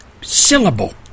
syllable